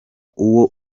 uwo